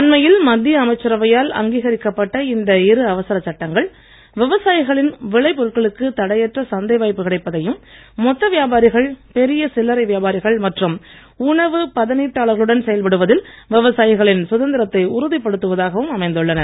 அண்மையில் மத்திய அமைச்சரவையால் அங்கீகரிக்கப் பட்ட இரு அவசர சட்டங்கள் விவசாயிகளின் விளை பொருட்களுக்கு தடையற்ற சந்தை வாய்ப்பு கிடைப்பதையும் மொத்த வியாபாரிகள் பெரிய சில்லரை வியாபாரிகள் மற்றும் உணவு பதனீட்டாளர்களுடன் செயல்படுவதில் விவசாயிகளின் சுதந்திரத்தை உறுதிப் படுத்துவதாகவும் அமைந்துள்ளன